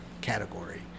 category